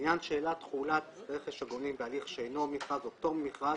לעניין שאלת תחולת רכש הגומלין בהליך שאינו מכרז או פטור ממכרז,